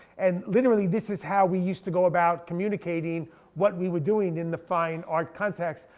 and literally this is how we used to go about communicating what we were doing in the fine art context.